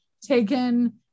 taken